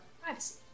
privacy